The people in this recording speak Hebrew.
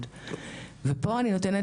אגב,